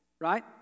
Right